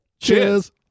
Cheers